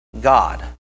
God